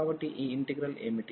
కాబట్టి ఈ ఇంటిగ్రల్ ఏమిటి